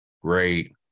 great